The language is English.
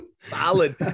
solid